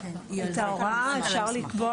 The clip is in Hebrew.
תקנות דגים טחונים,